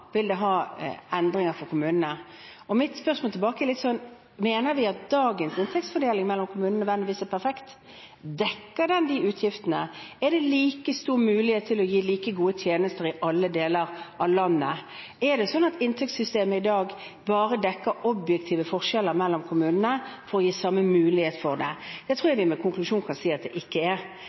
endringer for kommunene. Så mine spørsmål tilbake blir: Mener vi at dagens inntektsfordeling mellom kommunene nødvendigvis er perfekt? Dekker den utgiftene? Er det like store muligheter til å gi like gode tjenester i alle deler av landet? Er det sånn at inntektssystemet i dag bare dekker objektive forskjeller mellom kommunene for å gi samme mulighet? Jeg tror at vi som konklusjon kan si at det ikke er